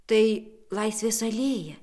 tai laisvės alėja